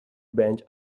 bench